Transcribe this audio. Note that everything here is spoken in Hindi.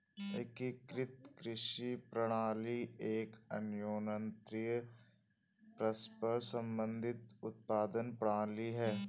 एकीकृत कृषि प्रणाली एक अन्योन्याश्रित, परस्पर संबंधित उत्पादन प्रणाली है